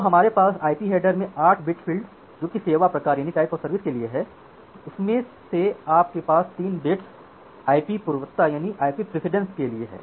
तो हमारे पास आईपी हेडर में 8 बिट फ़ील्ड जो कि सेवा प्रकार के लिए है उसमे से आपके पास 3 बिट्स आईपी पूर्वता के लिए हैं